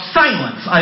silence